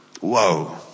Whoa